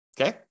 okay